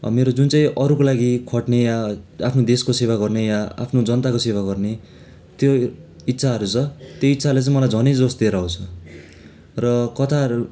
मेरो जुन चाहिँ अरूको लागि खट्ने या आफ्नो देशको सेवा गर्ने या आफ्नो जनताको सेवा गर्ने त्यो इच्छाहरू छ त्यो इच्छाले चाहिँ मलाई झनै जोस दिएर आँउछ र कतार